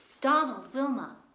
donald, wilma!